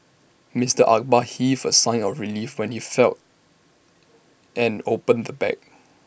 Mister Akbar heaved A sigh of relief when he felt and opened the bag